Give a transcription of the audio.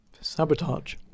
Sabotage